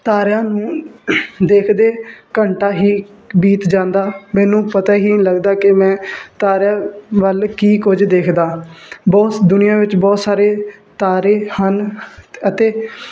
ਤਾਰਿਆਂ ਨੂੰ ਦੇਖਦੇ ਘੰਟਾ ਹੀ ਬੀਤ ਜਾਂਦਾ ਮੈਨੂੰ ਪਤਾ ਹੀ ਨਹੀਂ ਲੱਗਦਾ ਕਿ ਮੈਂ ਤਾਰਿਆਂ ਵੱਲ ਕੀ ਕੁਝ ਦੇਖਦਾ ਬਹੁਤ ਦੁਨੀਆ ਵਿੱਚ ਬਹੁਤ ਸਾਰੇ ਤਾਰੇ ਹਨ ਅਤੇ